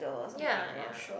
ya ya